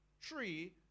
tree